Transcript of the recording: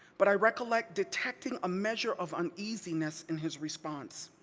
but i recollect detecting a measure of uneasiness in his response.